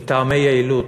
מטעמי יעילות.